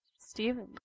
Steven